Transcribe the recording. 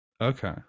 Okay